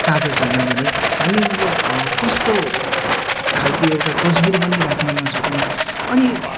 अनि बिहान हामी छिटै पुगेका थियौँ त्यहाँनेर अनि त्यहाँ जाँदाखेरि चाहिँ एकदम रमाइलो एकदम पिस